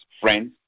friends